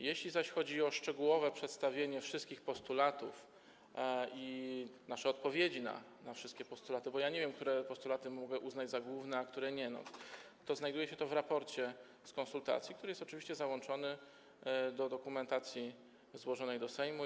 Jeśli zaś chodzi o szczegółowe przedstawienie wszystkich postulatów i nasze odpowiedzi na wszystkie postulaty - bo ja nie wiem, które postulaty mogę uznać za główne, a których nie mogę - to znajduje się to w raporcie z konsultacji, który jest oczywiście załączony do dokumentacji złożonej w Sejmie.